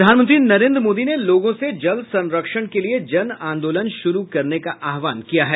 प्रधानमंत्री नरेंद्र मोदी ने लोगों से जल संरक्षण के लिए जनआंदोलन शुरु करने का आह्वान किया है